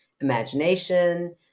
imagination